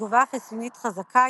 התגובה החיסונית חזקה,